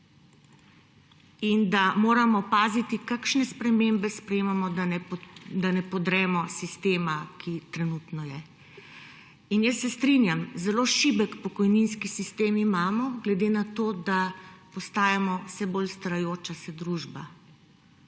in da moramo paziti, kakšne spremembe sprejemamo, da ne podremo sistema, ki trenutno je. In jaz se strinjam, zelo šibek pokojninski sistem imamo glede na to, da postajamo vse bolj starajoča se družba;